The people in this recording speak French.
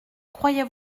croyais